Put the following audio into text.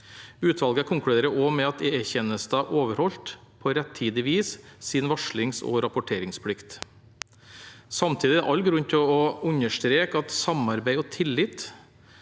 Utvalget konkluderer også med at E-tjenesten overholdt, på rettidig vis, sin varslings- og rapporteringsplikt. Samtidig er det all grunn til å understreke at samarbeid og tillit